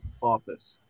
office